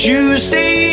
Tuesday